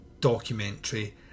documentary